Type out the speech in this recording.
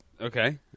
Okay